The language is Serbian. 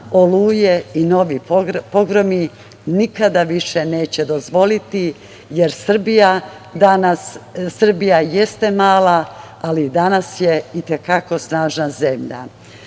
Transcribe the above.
„Oluje“ i novi pogromi nikada više neće dozvoliti, jer Srbija jeste mala, ali danas je i te kako snažna zemlja. Ono